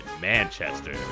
Manchester